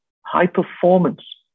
high-performance